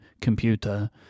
computer